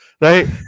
Right